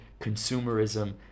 consumerism